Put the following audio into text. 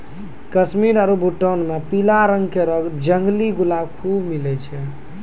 कश्मीर आरु भूटान म पीला रंग केरो जंगली गुलाब खूब मिलै छै